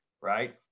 right